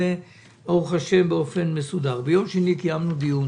קיימנו ביום שני דיון